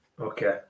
Okay